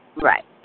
Right